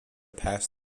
pass